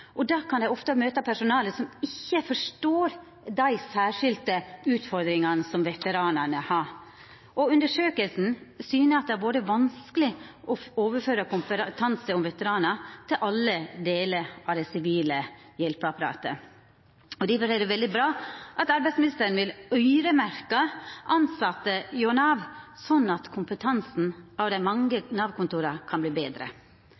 ofte møta personell som ikkje forstår dei særskilde utfordringane som veteranane har. Undersøkinga viser at det har vore vanskeleg å overføra kompetanse om veteranar til alle delar av det sivile hjelpeapparatet. Difor er det veldig bra at arbeidsministeren vil «øyremerkja» tilsette hjå Nav, slik at kompetansen ved dei mange Nav-kontora kan verta betre.